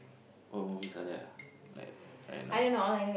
what movies are there like right now